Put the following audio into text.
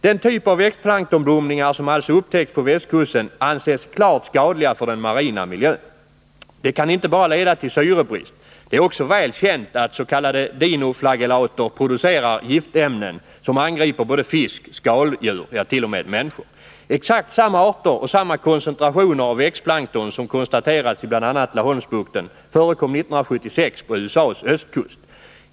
Den typ av växtplanktonblomningar som alltså upptäckts på västkusten anses klart skadliga för den marina miljön. De kan inte bara leda till syrebrist. Det är också väl känt att s.k. dinoflagellater producerar giftämnen som angriper både fisk, skaldjur och t.o.m. människor. Exakt samma arter och samma koncentrationer av växtplankton som konstaterats i bl.a. Laholmsbukten förekom 1976 på USA:s östkust.